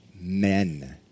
men